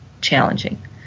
challenging